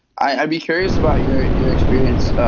i be curious about your your experience.